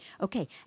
Okay